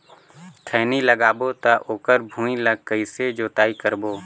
खैनी लगाबो ता ओकर भुईं ला कइसे जोताई करबो?